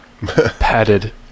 padded